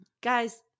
Guys